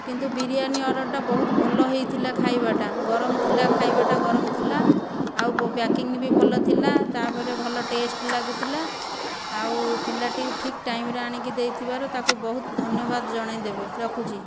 କିନ୍ତୁ ବିରିୟାନୀ ଅର୍ଡ଼ରଟା ବହୁତ ଭଲ ହୋଇଥିଲା ଖାଇବାଟା ଗରମ ଥିଲା ଖାଇବାଟା ଗରମ ଥିଲା ଆଉ ପ୍ୟାକିଙ୍ଗ ବି ଭଲ ଥିଲା ତାପରେ ଭଲ ଟେଷ୍ଟ ଲାଗୁଥିଲା ଆଉ ପିଲାଟି ଠିକ ଟାଇମରେ ଆଣିକି ଦେଇଥିବାରୁ ତାକୁ ବହୁତ ଧନ୍ୟବାଦ ଜଣେଇଦେବେ ରଖୁଛି